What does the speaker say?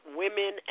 women